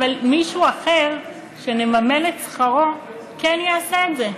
אבל מישהו אחר, שנממן את שכרו, כן יעשה את זה.